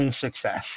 success